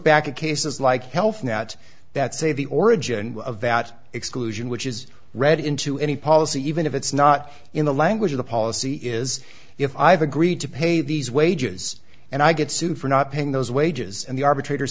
back at cases like health net that say the origin of that exclusion which is read into any policy even if it's not in the language of the policy is if i've agreed to pay these wages and i get sued for not paying those wages and the arbitrator